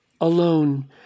alone